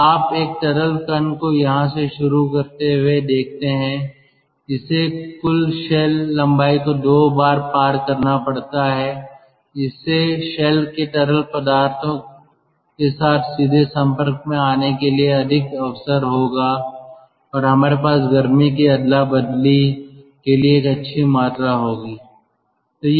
तो आप एक तरल कण को यहां से शुरू करते हुए देखते हैं इसे कुल शेल लंबाई को 2 बार पार करना पड़ता है इसे शेल के तरल पदार्थ के साथ सीधे संपर्क में आने के लिए अधिक अवसर होगा और हमारे पास गर्मी की अदला बदली के लिए एक अच्छी मात्रा होगी